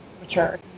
mature